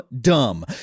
dumb